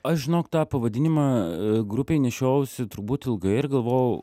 aš žinok tą pavadinimą grupei nešiojausi turbūt ilgai ir galvojau